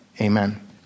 amen